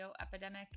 epidemic